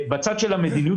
בצד המדיניות